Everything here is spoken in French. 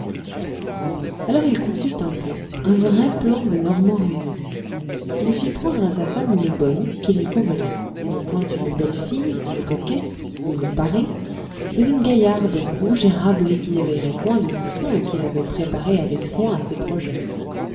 alors il conçut un plan un vrai plan de normand rusé il fit prendre à sa femme une bonne qui lui convenait non point une belle fille une coquette une parée mais une gaillarde rouge et râblée qui n'éveillerait point de soupçons et qu'il avait préparée avec soins à ses projets